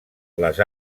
les